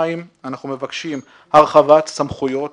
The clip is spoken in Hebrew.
אנחנו מבקשים הרחבת סמכויות